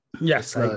yes